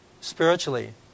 spiritually